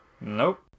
Nope